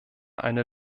eine